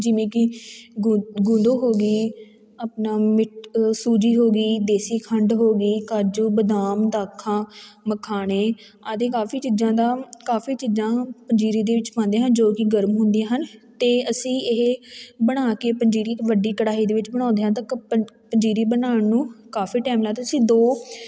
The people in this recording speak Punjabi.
ਜਿਵੇਂ ਕਿ ਗੁ ਗੁੰਡੋ ਹੋ ਗਈ ਆਪਣਾ ਮਿੱਠਾ ਸੂਜੀ ਹੋ ਗਈ ਦੇਸੀ ਖੰਡ ਹੋ ਗਈ ਕਾਜੂ ਬਦਾਮ ਦਾਖਾਂ ਮਖਾਣੇ ਆਦਿ ਕਾਫੀ ਚੀਜ਼ਾਂ ਦਾ ਕਾਫੀ ਚੀਜ਼ਾਂ ਪੰਜੀਰੀ ਦੇ ਵਿੱਚ ਪਾਉਂਦੇ ਹਾਂ ਜੋ ਕਿ ਗਰਮ ਹੁੰਦੀਆਂ ਹਨ ਅਤੇ ਅਸੀਂ ਇਹ ਬਣਾ ਕੇ ਪੰਜੀਰੀ ਵੱਡੀ ਕੜਾਹੀ ਦੇ ਵਿੱਚ ਬਣਾਉਂਦੇ ਹਾਂ ਤਾਂ ਪੰ ਪੰਜੀਰੀ ਬਣਾਉਣ ਨੂੰ ਕਾਫੀ ਟਾਈਮ ਲੱਗਦਾ ਅਸੀਂ ਦੋ